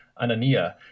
Anania